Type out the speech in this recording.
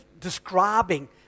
describing